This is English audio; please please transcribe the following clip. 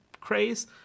craze